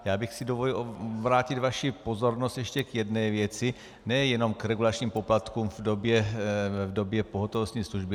Já bych si dovolil obrátit vaši pozornost ještě k jedné věci, nejenom k regulačním poplatkům v době pohotovostní služby.